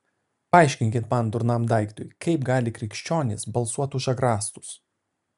paaiškinkit man durnam daiktui kaip gali krikščionys balsuot už agrastus